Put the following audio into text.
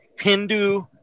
Hindu